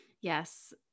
Yes